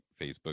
Facebook